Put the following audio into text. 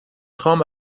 خوام